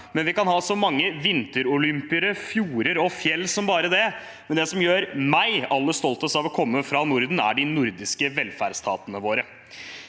men vi kan ha så mange vinterolympiere, fjorder og fjell som bare det – det som gjør meg aller stoltest av å komme fra Norden, er de nordiske velferdsstatene våre.